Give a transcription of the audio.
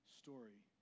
story